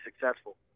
successful